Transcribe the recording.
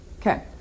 Okay